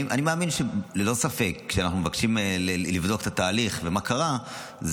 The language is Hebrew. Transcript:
אני מאמין ללא ספק שכשאנחנו מבקשים לבדוק את התהליך ומה קרה,